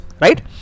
Right